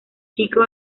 chico